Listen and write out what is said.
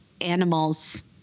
animals